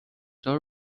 دار